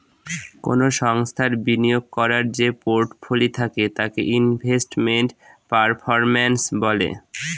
কোনো সংস্থার বিনিয়োগ করার যে পোর্টফোলি থাকে তাকে ইনভেস্টমেন্ট পারফরম্যান্স বলে